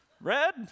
red